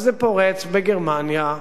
אז זה פורץ בגרמניה,